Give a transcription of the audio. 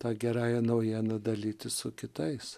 ta gerąja naujiena dalytis su kitais